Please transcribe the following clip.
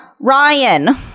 Ryan